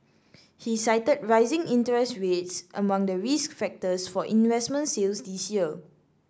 he cited rising interest rates among the risk factors for investment sales this year